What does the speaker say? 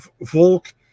Volk